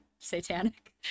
Satanic